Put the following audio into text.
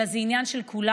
אלא זה עניין של כולנו.